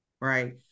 right